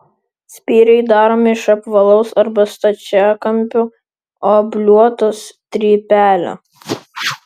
spyriai daromi iš apvalaus arba stačiakampio obliuoto strypelio